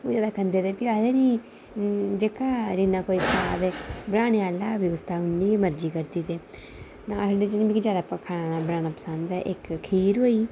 फ्ही ओह् खंदे रेह् जेह्का जिन्ना कोई खा तां बनाने आह्लै दा बी उन्ना गै मन करदा मिगी जि'यां खाना बनान पसंद ऐ